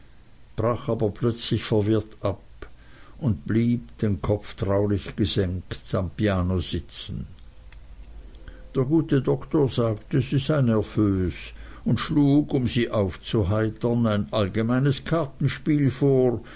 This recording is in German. brach aber plötzlich verwirrt ab und blieb den kopf traurig gesenkt am piano sitzen der gute doktor sagte sie sei nervös und schlug um sie aufzuheitern ein allgemeines kartenspiel vor